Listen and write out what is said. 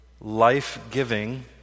life-giving